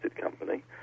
company